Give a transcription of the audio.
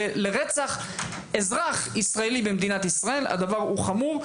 הסתה לרצח של כל אזרח שחי במדינת ישראל היא דבר חמור,